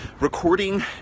recording